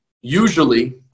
usually